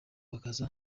bakaza